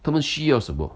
他们需要什么